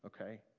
Okay